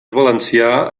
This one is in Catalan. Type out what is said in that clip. valencià